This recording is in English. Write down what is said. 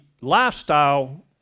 lifestyle